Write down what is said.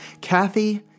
Kathy